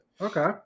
okay